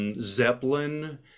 Zeppelin